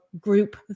group